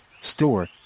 store